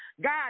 God